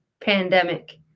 pandemic